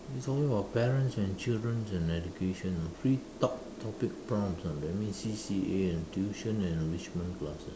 we talking about parents and children and education you know free talk topic prompts let me see C_C_A and tuition and enrichment classes